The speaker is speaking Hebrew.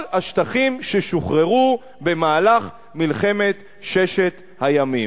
השטחים ששוחררו במהלך מלחמת ששת הימים.